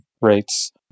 rates